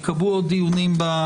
ייקבעו עוד דיונים.